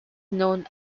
known